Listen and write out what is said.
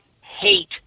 hate